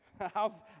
How's